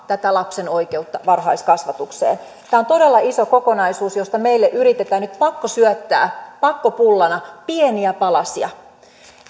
tätä lapsen oikeutta varhaiskasvatukseen tämä on todella iso kokonaisuus josta meille yritetään nyt pakkosyöttää pakkopullana pieniä palasia